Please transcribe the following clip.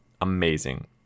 amazing